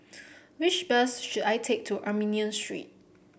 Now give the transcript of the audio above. which bus should I take to Armenian Street